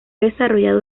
desarrollado